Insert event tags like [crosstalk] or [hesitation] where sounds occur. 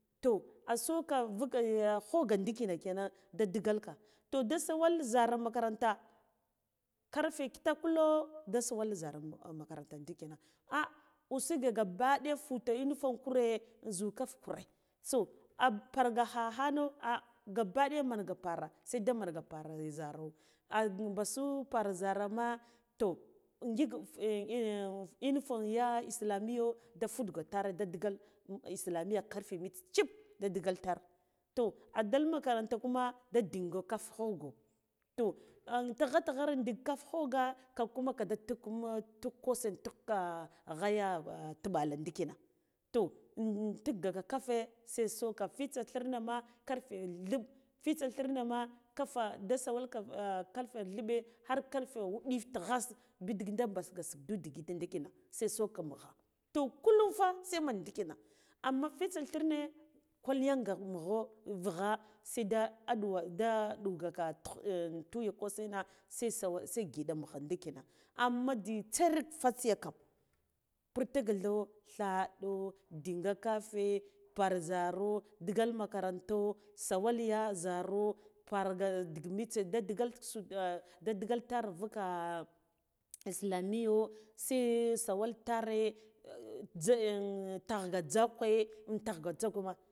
To asuka vuka hogan ndikina anan da digalka toh da sawal zhara makaranta karfe kitakhulo da sawal zhara makaranta ndikina ah usuge gaba ɗaya futa uniform kure zhu kafe kure bo aparga kha hana ah gabba ɗaya manga para se da manga para zhara ah mɓasu para zharama toh ngik [hesitation] uniform islamiyo de futgodara fedugal uniform islamiya karfe mita chib da digal tar toh adal makaranta kuma da dinga kaf khogo toh tighe tighaga dik kafe hoga ka kuma kada tik tik kossi tuk ka ghaya tiɓala ndikina toh in tigga ga kafe se soka fitsa thirne ma karfe dhilb fitsa thirne ma karfa da sawalka karfe dhilɓe har karfe wuɗif taghas bidigil da mɓasga sukdu digit digitna se soka nugha toh kullum fah se man dikina amma fitsa thirne kwalyanga mugho vugha suda aɗuwo da aɗu gaka tuya kosaina se sawal se ngiɗa mugha ndikina amma jzitsa er fatsiya kam putikdho thadho ndinga kafe part zharo ndigal makaranto sawalya zhara parya dig mitse da digal su da da digal ter vuka islamiyo se sawal tare tagh ga nzakwe in tagh jzakwe ma.